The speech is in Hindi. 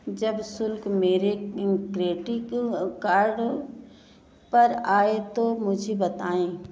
जब शुल्क मेरे इन क्रेडिक कार्ड पर आए तो मुझे बताएँ